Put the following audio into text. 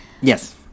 Yes